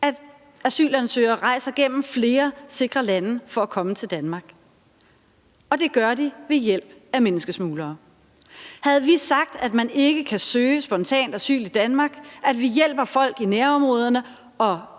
at asylansøgere rejser gennem flere sikre lande for at komme til Danmark. Det gør de ved hjælp af menneskesmuglere. Havde vi sagt, at man ikke kan søge asyl spontant i Danmark, at vi hjælper folk i nærområderne og